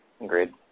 Agreed